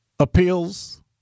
Appeals